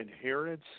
inheritance